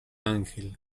ángel